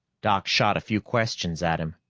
doc shot a few questions at him,